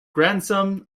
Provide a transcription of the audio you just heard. grandson